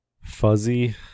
fuzzy